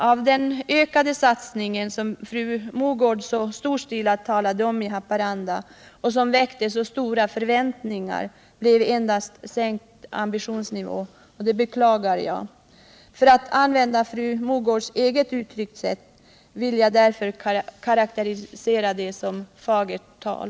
Av den ökade satsningen, som fru Mogård så storstilat talade om i Haparanda och som väckte så stora förväntningar, blev det endast en sänkt ambitionsnivå. Det beklagar jag. För att använda fru Mogårds eget uttryckssätt vill jag därför karakterisera det som ”fagert tal”.